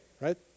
right